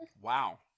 Wow